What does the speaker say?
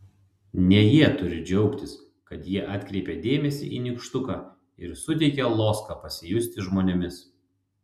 ne jie turi džiaugtis kad jie atkreipia dėmesį į nykštuką ir suteikia loską pasijusti žmonėmis